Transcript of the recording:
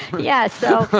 yeah. so,